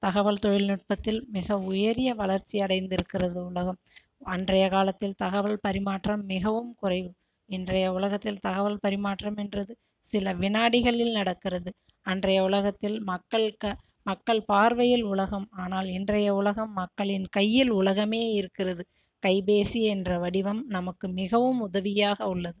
தகவல் தொழில்நுட்பத்தில் மிக உயரிய வளர்ச்சி அடைந்திருக்கிறது உலகம் அன்றைய காலத்தில் தகவல் பரிமாற்றம் மிகவும் குறைவு இன்றைய உலகத்தில் தகவல் பரிமாற்றம் என்றது சில வினாடிகளில் நடக்கிறது அன்றைய உலகத்தில் மக்கள் க மக்கள் பார்வையில் உலகம் ஆனால் இன்றைய உலகம் மக்களின் கையில் உலகமே இருக்கிறது கைப்பேசி என்ற வடிவம் நமக்கு மிகவும் உதவியாக உள்ளது